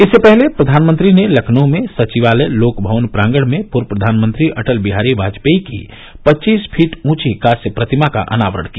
इससे पहले प्रधानमंत्री ने लखनऊ में सचिवालय लोकभवन प्रांगण में पूर्व प्रधानमंत्री अटल बिहारी वाजपेयी की पच्चीस फीट ऊंची कांस्य प्रतिमा का अनावरण किया